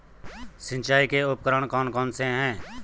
सिंचाई के उपकरण कौन कौन से हैं?